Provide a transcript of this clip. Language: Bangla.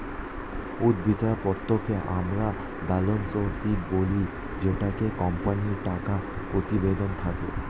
উদ্ধৃত্ত পত্রকে আমরা ব্যালেন্স শীট বলি জেটাতে কোম্পানির টাকা প্রতিবেদন থাকে